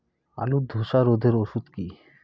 আলুর ধসা রোগের ওষুধ কি?